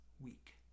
week